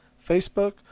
Facebook